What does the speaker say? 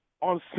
on